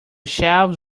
shelves